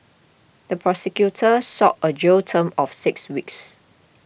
the prosecutor sought a jail term of six weeks